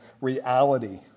reality